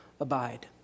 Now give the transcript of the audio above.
Abide